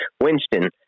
Winston